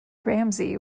ramsay